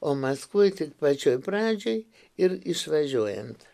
o maskvoje tik pačioj pradžioj ir išvažiuojant